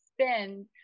spend